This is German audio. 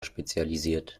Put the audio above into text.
spezialisiert